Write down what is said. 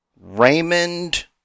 Raymond